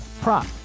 prop